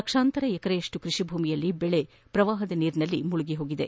ಲಕ್ಷಾಂತರ ಎಕರೆಯಷ್ಟು ಕೃಷಿ ಭೂಮಿಯಲ್ಲಿ ದೆಳೆ ಪ್ರವಾಹದ ನೀರಿನಲ್ಲಿ ಮುಳುಗಿದೆ